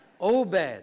Obed